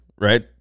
right